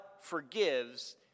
forgives